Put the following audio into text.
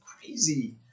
crazy